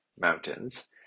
mountains